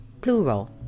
plural